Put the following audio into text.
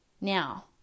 Now